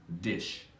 dish